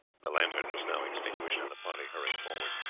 the lantern was now extinguished, and the party hurried forward.